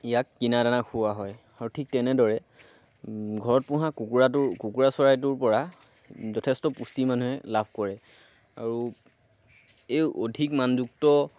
ইয়াক কিনা দানা খোৱা হয় আৰু ঠিক তেনেদৰে ঘৰত পোহা কুকুৰাটো কুকুৰা চৰাইটো পৰা যথেষ্ট পুষ্টি মানুহে লাভ কৰে আৰু এই অধিক মানযুক্ত